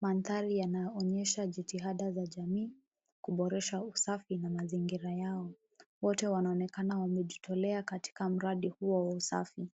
Mandhari yanaonyesha jitihada za jamii kuboresha usafi na mazingira yao. Wote wanaonekana wamejitolea katika mradi huo wa usafi.